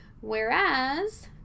Whereas